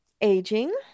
Aging